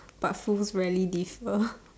but fools rarely differ